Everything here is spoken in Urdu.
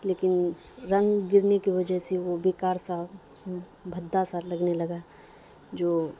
لیکن رنگ گرنے کی وجہ سے وہ بے کار سا بھدا سا لگنے لگا جو